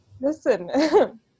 listen